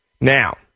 Now